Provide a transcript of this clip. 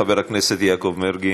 חבר הכנסת יעקב מרגי,